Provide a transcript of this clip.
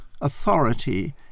authority